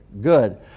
Good